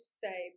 say